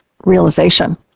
realization